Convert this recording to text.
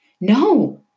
No